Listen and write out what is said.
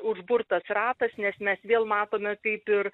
užburtas ratas nes mes vėl matome kaip ir